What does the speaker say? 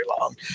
long